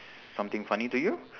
something funny to you